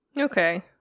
Okay